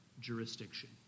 jurisdiction